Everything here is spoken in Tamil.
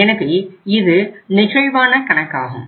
எனவே இது நெகிழ்வான கணக்காகும்